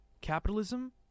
capitalism